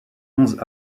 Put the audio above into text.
onze